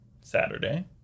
Saturday